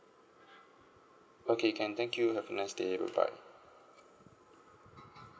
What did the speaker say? okay can thank you have a nice day bye bye